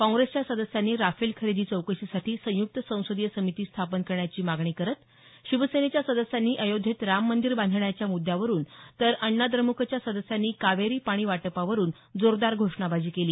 काँग्रेसच्या सदस्यांनी राफेल खरेदी चौकशीसाठी संयुक्त संसदीय समिती स्थापन करण्याची मागणी करत शिवसेनेच्या सदस्यांनी अयोध्येत राम मंदीर बांधण्याच्या मुद्यावरून तर अण्णाद्रमुकच्या सदस्यांनी कावेरी पाणी वाटपावरुन जोरदार घोषणाबाजी केली